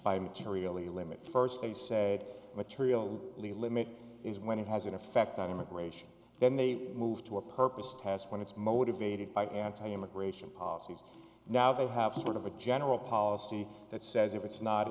by materially limit first they said material limit is when it has an effect on immigration then they move to a purposed has when it's motivated by anti gay immigration policies now they have sort of a general policy that says if it's not